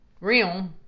Real